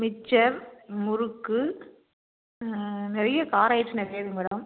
mixer முறுக்கு நிறைய கார ஐட்டம் நிறைய இருக்குதுங் மேடம்